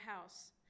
house